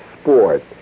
sport